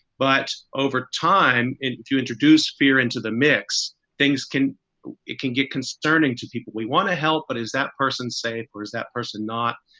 but over time, to introduce fear into the mix, things can it can get concerning to people we want to help. but is that person safe or is that person not?